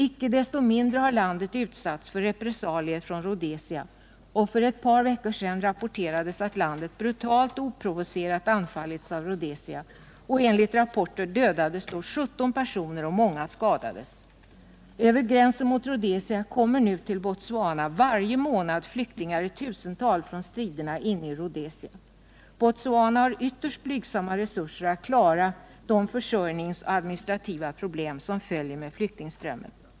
Icke desto mindre har landet utsatts för repressalier från Rhodesia, och för ett par veckör sedan rapporterades att landet brutalt och oprovocerat hade anfallits av Rhodesia. Enligt rapporter dödades då 17 personer och många skadades. Över gränsen mot Rhodesia kommer nu till Botswana varje månad flyktingar i tusental från striderna inne i Rhodesia. Botswana har ytterst blygsamma resurser att klara de försörjningsproblem och administrativa problem som följer med flyktingströmmen.